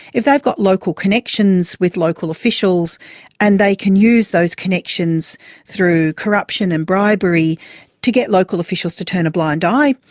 if they've got local connections with local officials and they can use those connections through corruption and bribery to get local officials to turn a blind eye,